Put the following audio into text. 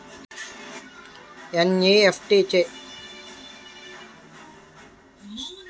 NEFT చేయాలని అన్నారు అంటే ఏంటో కాస్త చెపుతారా?